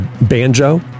banjo